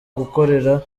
gukorera